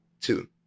two